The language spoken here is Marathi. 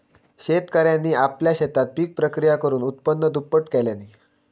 शेतकऱ्यांनी आपल्या शेतात पिक प्रक्रिया करुन उत्पन्न दुप्पट केल्यांनी